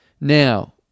Now